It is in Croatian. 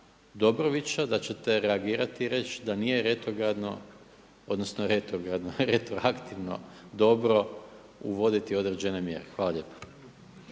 Dobrovića da ćete reagirati i reći da nije retrogradno odnosno retrogradno, retroaktivno dobro uvoditi određene mjere. Hvala lijepa.